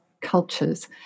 cultures